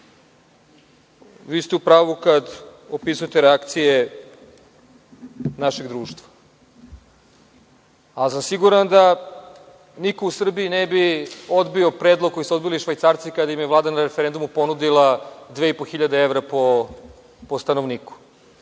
Vi ste u pravu kada opisujete reakcije našeg društva, ali sam siguran da niko u Srbiji ne bi odbio predlog koji su odbili Švajcarci kada im je Vlada na referendumu ponudila 2500 evra po stanovniku